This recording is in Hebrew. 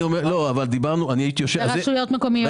ורשויות מקומיות.